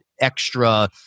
extra